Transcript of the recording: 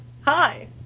hi